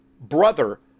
brother